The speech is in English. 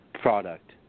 product